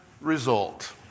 result